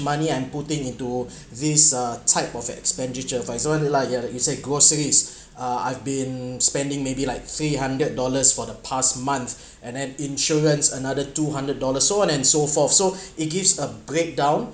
money I'm putting into this uh type of expenditure for example you say groceries uh I've been spending maybe like three hundred dollars for the past month and then insurance another two hundred dollars so on and so for so it gives a breakdown